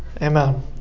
Amen